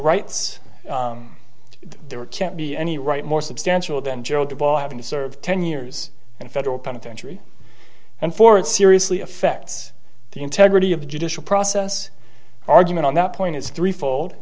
rights there can't be any right more substantial than joe de bar having to serve ten years in federal penitentiary and for it seriously affects the integrity of the judicial process argument on that point is three fold